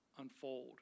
unfold